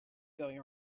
going